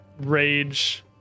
rage